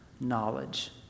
knowledge